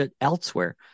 elsewhere